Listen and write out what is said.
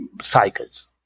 cycles